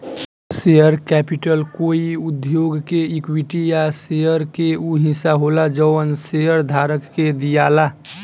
share capital कोई उद्योग के इक्विटी या शेयर के उ हिस्सा होला जवन शेयरधारक के दियाला